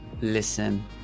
listen